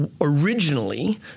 originally